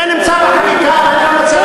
זה נמצא בחקיקה, ואני לא מציע לשנות אותה.